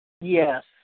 yes